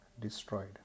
destroyed